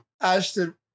Ashton